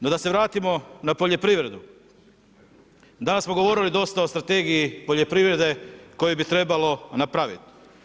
No da se vratimo na poljoprivredu, danas smo govorili dosta o strategiji poljoprivrede koju bi trebalo napraviti.